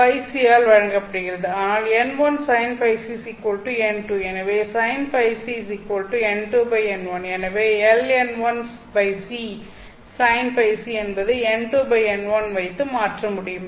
ஆனால் n1 sin ϕc n2 எனவே sin ϕc n2n1 எனவே Ln1c sin ϕc என்பதை n2 n1 வைத்து மாற்ற முடியும்